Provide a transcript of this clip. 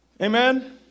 Amen